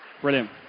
Brilliant